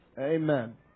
Amen